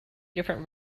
different